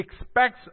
expects